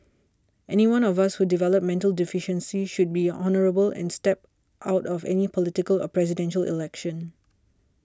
anyone of us who develop mental deficiency should be honourable and step out of any political or Presidential Election